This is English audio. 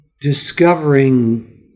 discovering